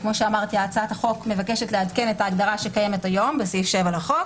הצעת החוק מבקשת לעדכן את ההגדרה שקיימת היום בסעיף 7 לחוק